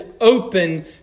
open